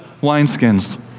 wineskins